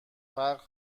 فقر